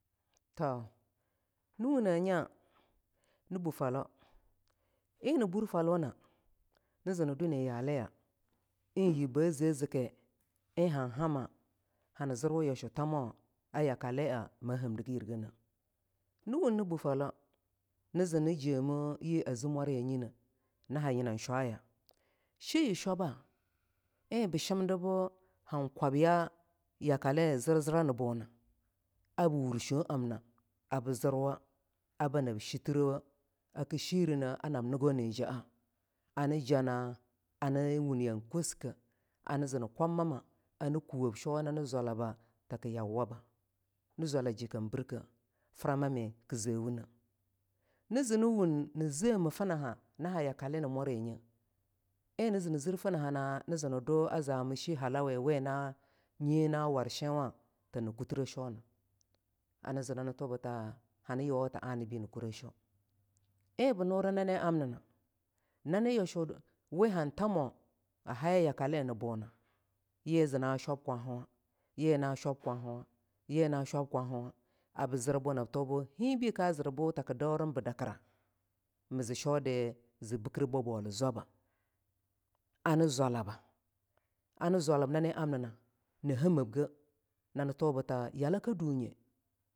To, nii wunenya nii buh falau eing nii bur falauna nii zii nii due ni yaliya eing yibbe ze zikki eing an hamma hani zirwu yashu thamoh a yakaliama handigi yirgeneah nii wun nii buh falau nii zii nijeme yii a zine mwaryanyine nii ayinan shwaye shai shwaba eing bii shimdibu han kwabya yakale ziribu han kwabya yakale ziri zira yakale naboh abii wur shoeamne abii zirwa a banab shiterewoh akii hirene a banab nigo nijaa ani jana ani wun yan koskeh ani zi nii kwab mamma anii kuwob shwawa nani zwalibo ta kea yauwaba ni zwala je kam birkeh frama mii kizewune nizini wun ni zemi finnaha nii ha yakale na mwaryanye eing nii zini zir finnahena nizini dwa a zamie shehalawe wena nyina war shenwa ta ii kutine seaw na ani zenani tubuta hani yuwo ta anabe i kure sheaw eing bii nuri nani amnina nani yashu we han thamo a haye yakale na bunah yii zina shwab kwahewai yii zina shwab kwahewa yii na shwab kwahewa abii zirbu zinab tubu henbe ka zirbu ta kii daurimbi dakira, mizi sheaw di zi bikir babolo zwaba ani zwaliba ani zwalib nani am nina ni heminge nani tubuta yalakadunye ng mokirje.